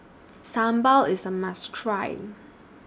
Sambal IS A must Try